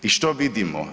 I što vidimo?